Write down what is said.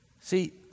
See